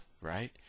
right